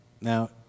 Now